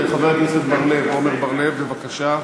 חבר הכנסת עמר בר-לב, בבקשה.